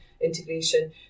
integration